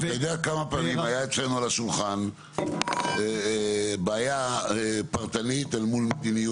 אתה יודע כמה פעמים הייתה אצלנו על השולחן בעיה פרטנית אל מול מדיניות.